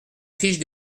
fiche